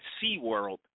SeaWorld